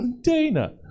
Dana